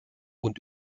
und